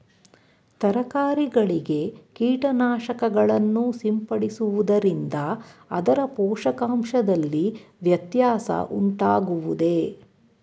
ತರಕಾರಿಗಳಿಗೆ ಕೀಟನಾಶಕಗಳನ್ನು ಸಿಂಪಡಿಸುವುದರಿಂದ ಅದರ ಪೋಷಕಾಂಶದಲ್ಲಿ ವ್ಯತ್ಯಾಸ ಉಂಟಾಗುವುದೇ?